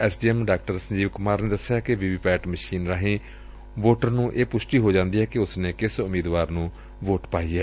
S D M ਡਾ ਸੀਜੀਵ ਕੁਮਾਰ ਨੇ ਦਸਿਆ ਕਿ ਵੀ ਵੀ ਪੈਟ ਮਸ਼ੀਨ ਰਾਹੀ ਵੋਟਰ ਨੂੰ ਇਹ ਪੁਸ਼ਟੀ ਹੋ ਜਾਂਦੀ ਏ ਕਿ ਉਸ ਨੇ ਕਿਸ ਉਮੀਦਵਾਰ ਨੂੰ ਵੋਟ ਪਾਈ ਏ